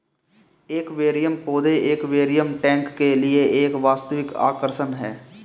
aquarium पौधे aquarium tank के लिए एक वास्तविक आकर्षण है